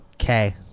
Okay